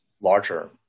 larger